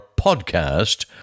podcast